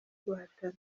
guhatana